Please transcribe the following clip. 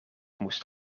moest